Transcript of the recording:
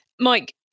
Mike